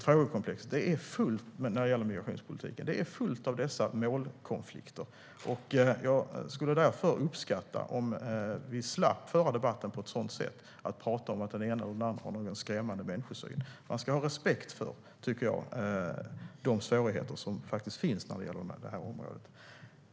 Frågekomplexet när det gäller migrationspolitiken är fullt av dessa målkonflikter. Jag skulle därför uppskatta om vi kan slippa föra debatten på ett sådant sätt att vi talar om att den ene eller den andre har en skrämmande människosyn. Man ska ha respekt för de svårigheter som finns på det här området.